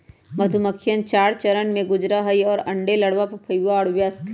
मधुमक्खिवन चार चरण से गुजरा हई अंडे, लार्वा, प्यूपा और वयस्क